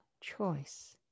choice